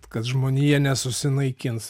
kad žmonija ne susinaikins